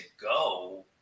go